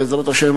בעזרת השם,